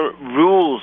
rules